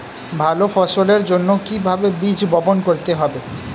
ভালো ফসলের জন্য কিভাবে বীজ বপন করতে হবে?